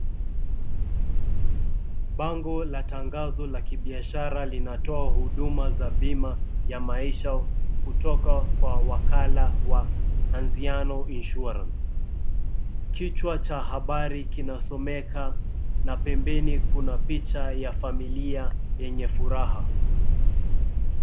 Bango la tangazo la kibiashara linatoa huduma za bima ya maisha kutoka kwa wakala wa Anziano Insurance. Kichwa cha habari kinasomeka na pembeni kuna picha ya familia yenye furaha.